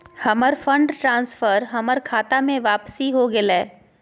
हमर fund transfer हमर खता में वापसी हो गेलय